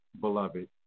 beloved